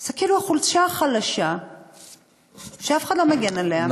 זה כאילו החוליה החלשה שאף אחד לא מגן עליה.